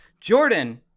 Jordan